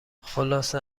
خلاصه